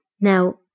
Now